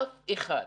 אף אחד.